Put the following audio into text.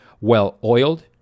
well-oiled